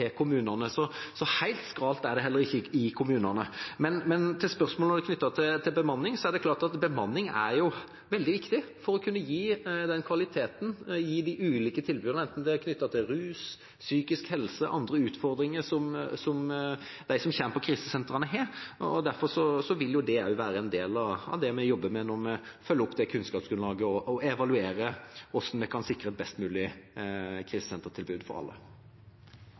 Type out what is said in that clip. kommunene. Så helt skralt er det heller ikke i kommunene. Men til spørsmålet knyttet til bemanning: Det er klart at bemanning er veldig viktig for å kunne gi den kvaliteten og gi de ulike tilbudene – enten det er knyttet til rus, psykisk helse eller andre utfordringer som de som kommer på krisesentrene, har. Derfor vil det også være en del av det vi jobber med når vi følger opp kunnskapsgrunnlaget og evaluerer hvordan en kan sikre et best mulig krisesentertilbud for alle.